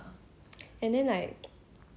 bird box ah oh my god